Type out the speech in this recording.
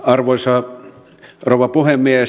arvoisa rouva puhemies